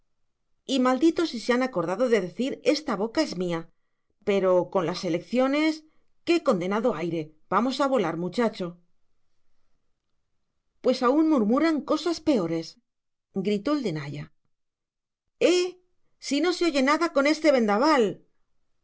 y maldito si se han acordado de decir esta boca es mía pero con las elecciones qué condenado de aire vamos a volar muchacho pues aún murmuran cosas peores gritó el de naya eh si no se oye nada con este vendaval